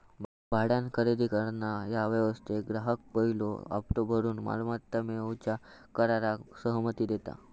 भाड्यान खरेदी करणा ह्या व्यवस्थेत ग्राहक पयलो हप्तो भरून मालमत्ता मिळवूच्या कराराक सहमती देता